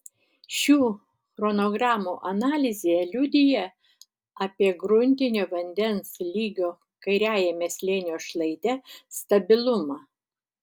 šių chronogramų analizė liudija apie gruntinio vandens lygio kairiajame slėnio šlaite stabilumą